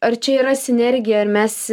ar čia yra sinergija ar mes